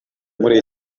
muri